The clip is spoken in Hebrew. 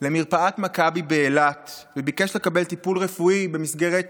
למרפאת מכבי באילת, וביקש לקבל טיפול רפואי במסגרת